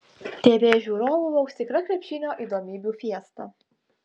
tv žiūrovų lauks tikra krepšinio įdomybių fiesta